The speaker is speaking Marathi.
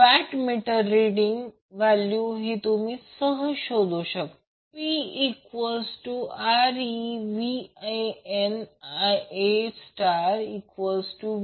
तर वॅट मीटर रिडींग व्हॅल्यू तुम्ही सहज शोधू शकता जसे P1ReVANIaVANIacos 1006